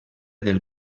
del